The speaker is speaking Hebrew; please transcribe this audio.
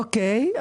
אוקיי,